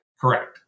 Correct